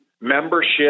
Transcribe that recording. membership